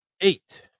eight